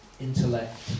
intellect